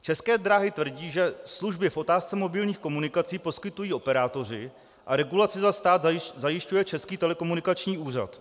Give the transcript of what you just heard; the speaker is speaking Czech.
České dráhy tvrdí, že služby v otázce mobilních komunikací poskytují operátoři a regulaci za stát zajišťuje Český telekomunikační úřad.